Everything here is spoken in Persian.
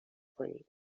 کنید